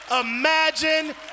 imagine